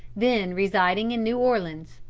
then residing in new orleans.